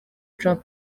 trump